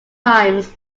times